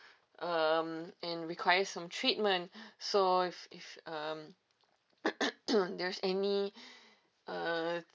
um in required some treatment so if if um there's any uh